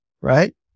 right